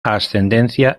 ascendencia